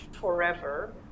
forever